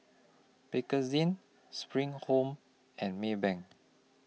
Bakerzin SPRING Home and Maybank